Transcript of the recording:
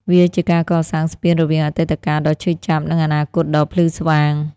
វាជាការកសាងស្ពានរវាងអតីតកាលដ៏ឈឺចាប់ និងអនាគតដ៏ភ្លឺស្វាង។